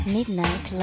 Midnight